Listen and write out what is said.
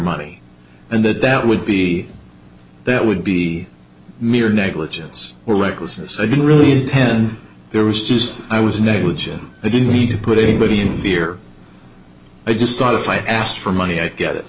money and that that would be there would be mere negligence or recklessness i didn't really intend there was just i was negligent i didn't need to put anybody in fear i just thought if i asked for money i get it